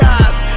eyes